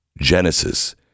Genesis